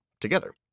together